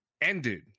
ended